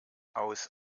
aus